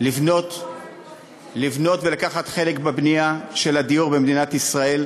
לבנות ולקחת חלק בבנייה של הדיור במדינת ישראל.